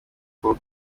aho